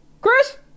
Chris